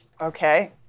okay